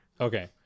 Okay